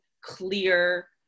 clear